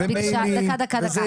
דקה, דקה, דקה.